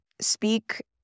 speak